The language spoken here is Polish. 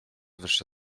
wyższe